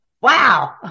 wow